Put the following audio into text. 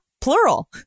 plural